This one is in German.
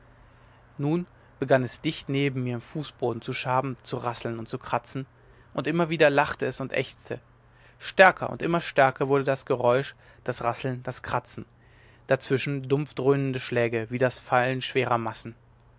nun begann es dicht neben mir im fußboden zu schaben zu rasseln und zu kratzen und immer wieder lachte es und ächzte stärker und immer stärker wurde das geräusch das rasseln das kratzen dazwischen dumpf dröhnende schläge wie das fallen schwerer massen